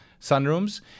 sunrooms